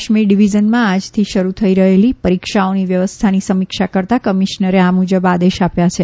કાશ્મીર ડિવિઝનમાં આજથી શરૂ થઇ રહેલી પરીક્ષાઓની વ્યવસ્થાની સમીક્ષા કરતા કમિશ્નરે આ મુજબ આદેશ આપ્યા છે